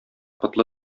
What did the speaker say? потлы